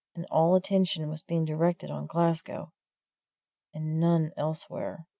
and all attention was being directed on glasgow, and none elsewhere,